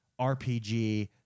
RPG